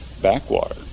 backwater